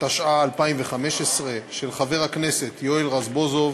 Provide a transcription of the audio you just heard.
התשע"ה 2015, של חבר הכנסת יואל רזבוזוב,